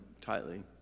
tightly